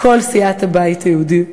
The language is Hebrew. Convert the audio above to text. כל סיעת הבית היהודי,